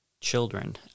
children